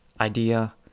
idea